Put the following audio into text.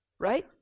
right